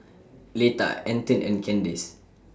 Leta Antone and Kandace